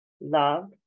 Love